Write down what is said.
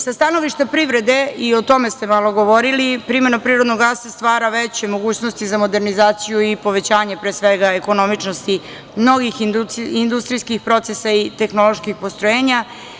Sa stanovišta privrede, i o tome ste malo govorili, primena prirodnog gasa stvara veće mogućnosti za modernizaciju i povećanje pre svega ekonomičnosti mnogih industrijskih procesa i tehnoloških postrojenja.